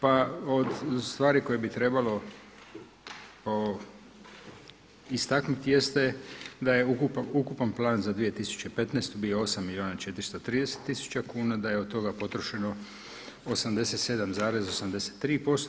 Pa od stvari koje bi trebalo istaknuti jeste da je ukupan plan za 2015. bio 8 milijuna 430 tisuća kuna, da je od toga potrošeno 87,83%